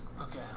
Okay